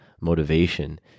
motivation